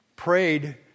prayed